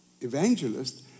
Evangelist